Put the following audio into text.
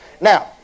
Now